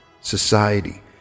society